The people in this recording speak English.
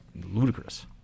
ludicrous